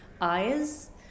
eyes